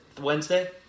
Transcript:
Wednesday